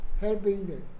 helping